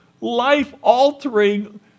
life-altering